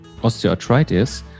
osteoarthritis